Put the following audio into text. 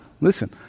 Listen